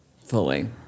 Fully